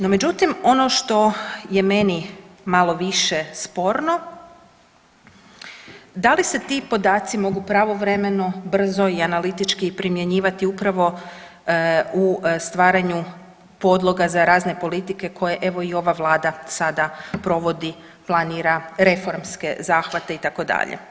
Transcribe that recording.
No međutim, ono što je meni malo više sporno da li se ti podaci mogu pravovremeno, brzo i analitički primjenjivati upravo u stvaranju podloga za razne politike koje evo i ova Vlada sada provodi, planira reformske zahvate itd.